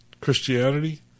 Christianity